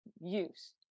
use